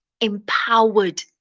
empowered